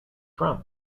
from